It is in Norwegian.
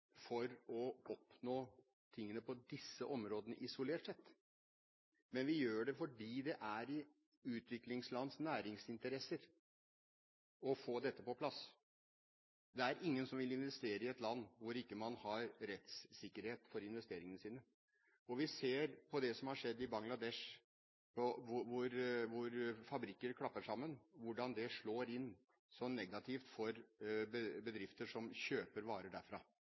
for å oppnå noe på disse områdene isolert sett, men fordi det er i utviklingslands næringsinteresser å få dette på plass. Det er ingen som vil investere i et land hvor man ikke har rettssikkerhet for investeringene sine. Vi ser hvordan det som har skjedd i Bangladesh, hvor fabrikker klapper sammen, slår så negativt inn for bedrifter som kjøper varer derfra.